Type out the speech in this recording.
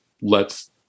lets